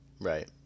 Right